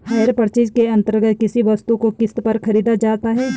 higher purchase के अंतर्गत किसी वस्तु को किस्त पर खरीदा जाता है